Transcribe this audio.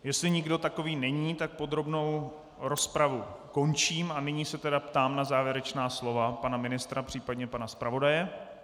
Jestli nikdo takový není, tak podrobnou rozpravu končím a nyní se tedy ptám na závěrečná slova pana ministra, případně pana zpravodaje.